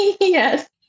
yes